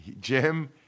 Jim